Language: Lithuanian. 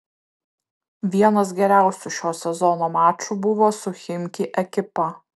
vienas geriausių šio sezono mačų buvo su chimki ekipa